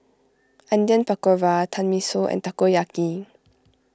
Pakora Tenmusu and Takoyaki